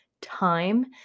time